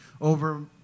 over